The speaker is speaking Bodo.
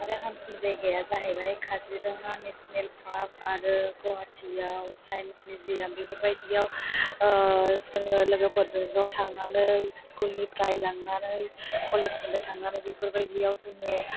आरो हामसिन जायगाया जाहैबाय काजिरङा नेशनेल पार्क आरो गुवाहाटिआव साइन्स मिउजियाम बेफोरबायदियाव जों लोगोफोरजों ज' थांनानै स्कुलनिफ्राय लांनानै कलेजनिफ्राय थांनानै बेफोरबायदियाव जों